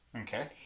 Okay